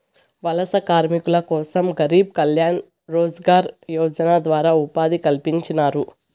వలస కార్మికుల కోసం గరీబ్ కళ్యాణ్ రోజ్గార్ యోజన ద్వారా ఉపాధి కల్పించినారు